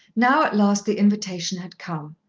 now at last the invitation had come.